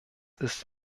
ist